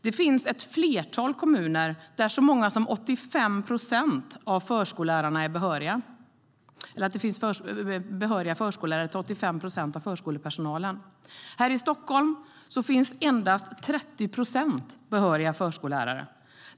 Det finns ett flertal kommuner där så många som 85 procent av förskollärarna är behöriga, det vill säga att det finns behöriga förskollärare till 85 procent av förskolepersonalen. Här i Stockholm finns endast 30 procent behöriga förskollärare.